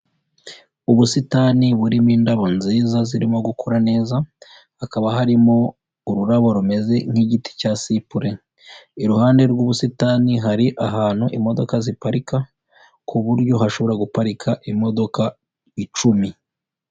Ubusitani burimo indabo nziza zirimo gukora neza, hakaba harimo ururabo rumeze nk'igiti cya sipure, iruhande rw'ubusitani hari ahantu imodoka ziparika, ku buryo hashobora guparika imodoka icumi.